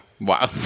Wow